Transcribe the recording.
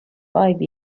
five